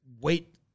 wait